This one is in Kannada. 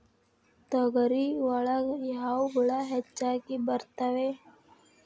ತೊಗರಿ ಒಳಗ ಯಾವ ಹುಳ ಹೆಚ್ಚಾಗಿ ಬರ್ತವೆ?